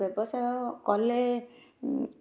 ବ୍ୟବସାୟ କଲେ